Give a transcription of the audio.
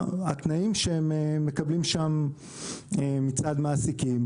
התנאים שהם מקבלים שם מצד מעסיקים.